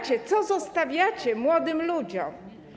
Co zostawiacie młodym ludziom?